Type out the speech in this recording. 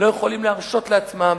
לא יכולים להרשות זאת לעצמם.